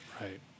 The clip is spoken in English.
right